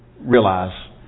realize